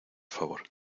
favor